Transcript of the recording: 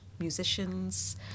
musicians